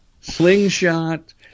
Slingshot